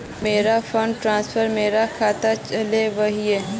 मोर fund transfer मोर खातात चले वहिये